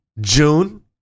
June